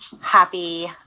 happy